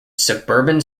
suburban